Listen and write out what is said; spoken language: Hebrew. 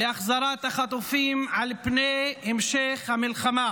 להחזרת החטופים על פני המשך המלחמה.